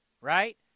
right